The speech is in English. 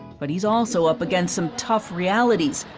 but he is also up against some tough realities,